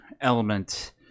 element